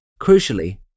crucially